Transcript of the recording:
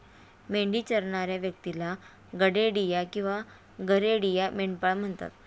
मेंढी चरणाऱ्या व्यक्तीला गडेडिया किंवा गरेडिया, मेंढपाळ म्हणतात